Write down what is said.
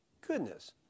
goodness